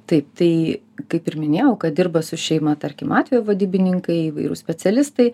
taip tai kaip ir minėjau kad dirba su šeima tarkim atvejo vadybininkai įvairūs specialistai